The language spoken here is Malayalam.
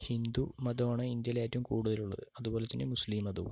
ഹിന്ദു മതമാണ് ഇന്ത്യയില് കൂടുതൽ ഉള്ളത് അതുപോലെ തന്നെ മുസ്ലിം മതവും